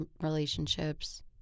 relationships